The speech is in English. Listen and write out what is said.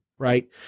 Right